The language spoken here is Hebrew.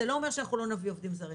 זה לא אומר שאנחנו לא נביא עובדים זרים,